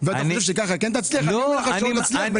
חושב שכך כן תצליח להגיע אליהם?